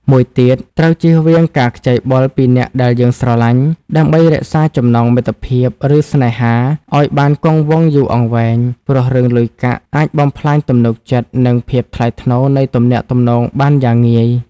មួយទៀតត្រូវជៀសវាងការខ្ចីបុលពីអ្នកដែលយើងស្រឡាញ់ ដើម្បីរក្សាចំណងមិត្តភាព ឬស្នេហាឲ្យបានគង់វង្សយូរអង្វែង ព្រោះរឿងលុយកាក់អាចបំផ្លាញទំនុកចិត្ត និងភាពថ្លៃថ្នូរនៃទំនាក់ទំនងបានយ៉ាងងាយ។